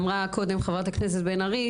אמרה מקודם חברת הכנסת בן איר,